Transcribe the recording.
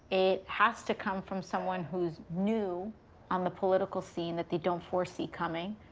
it has to come from someone who's new on the political scene that they don't foresee coming,